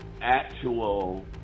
actual